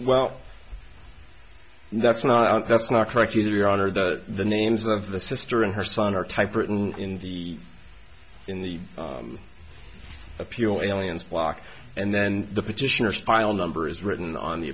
well that's not that's not correct either your honor that the names of the sister and her son are typewritten in the in the appeal aliens walk and then the petitioner speil number is written on the